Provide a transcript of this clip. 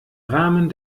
rahmen